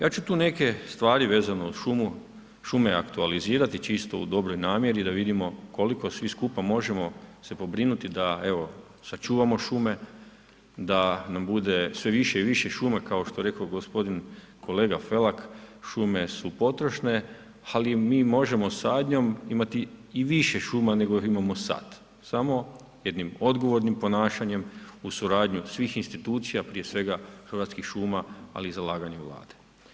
Ja ću tu neke stvari vezano uz šume aktualizirati čisto u dobroj namjeri da vidimo koliko svi skupa možemo se pobrinuti da evo sačuvamo šume, da nam bude sve više i više puma kao što je rekao g. kolega Felak, šume su potrošne ali mi možemo sadnjom imati i više šuma nego imamo sad, samo jednim odgovornim ponašanjem uz suradnju svih institucija, prije svega Hrvatskih šuma ali i zalaganjem Vlade.